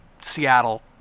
Seattle